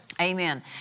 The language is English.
Amen